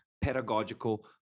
pedagogical